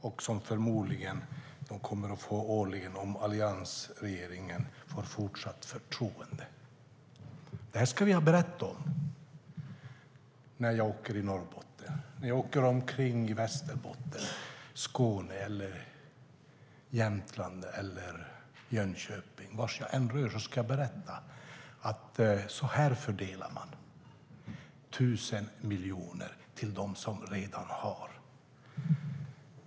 Det kommer de förmodligen att få årligen om alliansregeringen får fortsatt förtroende. Det här ska jag berätta om när jag åker omkring i Norrbotten, Västerbotten, Skåne, Jämtland eller Jönköping. Vart jag än åker ska jag berätta att så här fördelar man pengarna. Man ger 1 000 miljoner till dem som redan har.